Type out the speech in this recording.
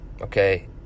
okay